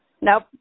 Nope